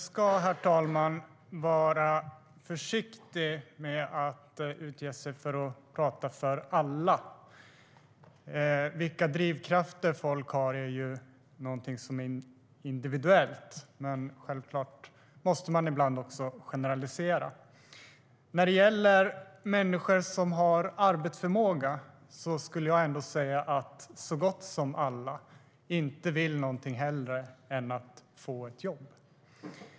Herr talman! Man ska vara försiktig med att utge sig för att prata för alla. Vilka drivkrafter folk har är individuellt, men självklart måste man ibland generalisera. När det gäller människor som har arbetsförmåga skulle jag ändå säga: Så gott som alla vill inte någonting hellre än att få ett jobb.